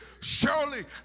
surely